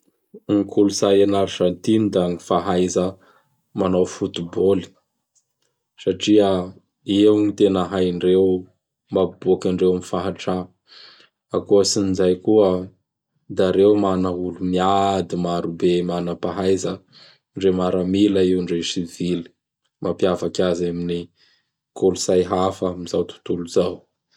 Gny kolotsay an Arzantiny da gn fahaiza manao fotibôly satria io gn tena haindreo mapiboaky andreo am fahatra. Akoatsin'izay koa da reo mana olo miady maro be manapahaiza, ndre miaramila io ndre sivily. Mampivaky azy amin'ny kolotsay hafa am zao totolo zao.